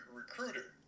recruiter